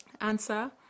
Answer